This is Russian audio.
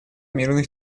мирных